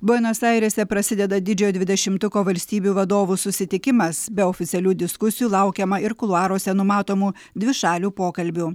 buenos airėse prasideda didžiojo dvidešimtuko valstybių vadovų susitikimas be oficialių diskusijų laukiama ir kuluaruose numatomų dvišalių pokalbių